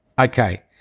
Okay